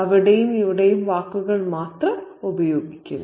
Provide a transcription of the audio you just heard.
അവിടെയും ഇവിടെയും വാക്കുകൾ മാത്രം ഉപയോഗിക്കുന്നു